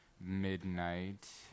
midnight